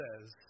says